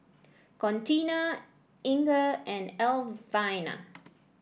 Contina Inga and Alvina